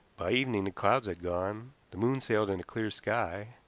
by evening the clouds had gone, the moon sailed in a clear sky,